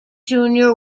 junior